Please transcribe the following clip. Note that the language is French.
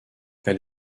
elle